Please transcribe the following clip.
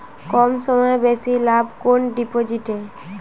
কম সময়ে বেশি লাভ কোন ডিপোজিটে?